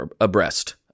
abreast